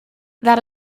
that